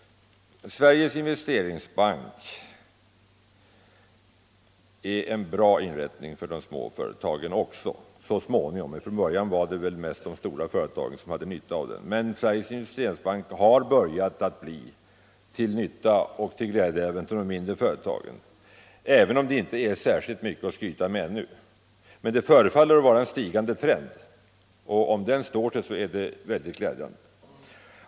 Sveriges investeringsbank har så småningom blivit en bra inrättning också för de små företagen. Från början var det väl mest de stora företagen som hade nytta av den, men Sveriges investeringsbank har börjat bli till nytta och glädje även för de mindre företagen, även om bankens verksamhet i det avseendet ännu inte är särskilt mycket att skryta med. Men det förefaller vara en stigande trend, och om den står sig är det glädjande.